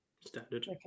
Standard